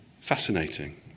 Fascinating